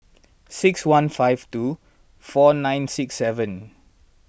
six one five two four nine six seven